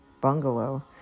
bungalow